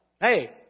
Hey